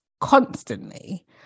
constantly